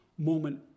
moment